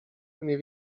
mnie